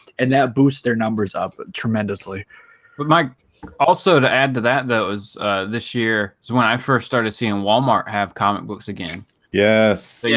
and now boost their numbers up tremendously but mike also to add to that those this year is when i first started seeing walmart have comic books again yes yeah